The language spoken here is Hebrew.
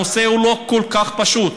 הנושא הוא לא כל כך פשוט,